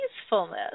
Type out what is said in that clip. peacefulness